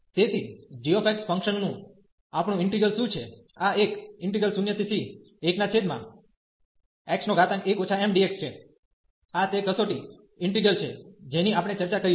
તેથી g ફંકશનનું આપણું ઈન્ટિગ્રલ શું છે આ એક0c1x1 mdx છે આ તે કસોટી ઈન્ટિગ્રલ છે જેની આપણે ચર્ચા કરી છે